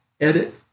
edit